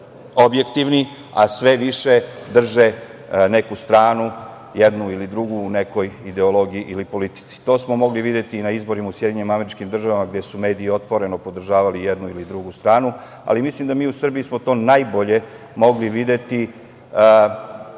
objektivni, a sve više drže neku stranu, jednu ili drugu u nekoj ideologiji ili politici. To smo mogli videti i na izborima u SAD, gde su mediji otvoreno podržavali jednu ili drugu stranu, ali mislim da mi u Srbiji smo to najbolje mogli videti